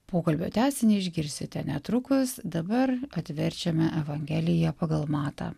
pokalbio tęsinį išgirsite netrukus dabar atverčiame evangeliją pagal matą